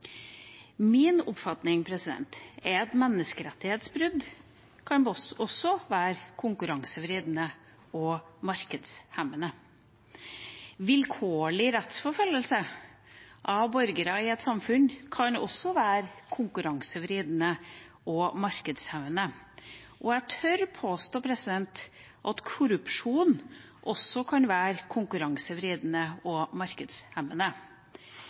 Min oppfatning er at menneskerettighetsbrudd kan være konkurransevridende og markedshemmende. Vilkårlig rettsforfølgelse av borgere i et samfunn kan være konkurransevridende og markedshemmende. Jeg tør påstå at korrupsjon også kan være konkurransevridende og markedshemmende.